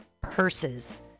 purses